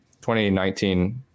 2019